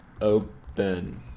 open